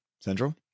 Central